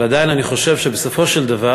אבל עדיין אני חושב שבסופו של דבר